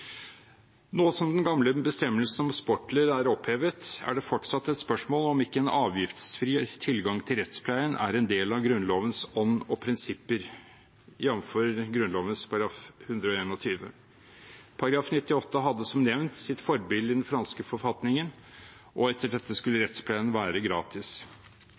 Nå som den gamle bestemmelsen om sportler er opphevet, er det fortsatt et spørsmål om ikke en avgiftsfri tilgang til rettspleien er en del av Grunnlovens ånd og prinsipper, jf. Grunnloven § 121. § 98 hadde som nevnt sitt forbilde i den franske forfatningen, og etter denne skulle rettspleien være gratis.